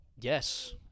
Yes